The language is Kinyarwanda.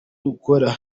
dukora